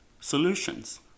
Solutions